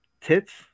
tits